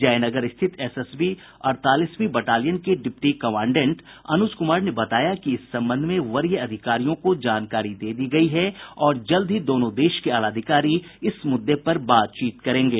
जयनगर स्थित एसएसबी अड़तालीसवीं बटालियन के डिप्टी कामांडेंट अनुज कुमार ने बताया कि इस संबंध में वरीय अधिकारियों को जानकारी दे दी गयी है और जल्द ही दोनों देश के आलाधिकारी इस मुद्दे पर बातचीत करेंगे